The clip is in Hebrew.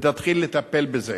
ותתחיל לטפל בזה.